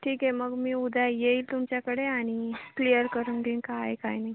ठीक आहे मग मी उद्या येईन तुमच्याकडे आणि क्लिअर करून घेईन काय आहे काय नाही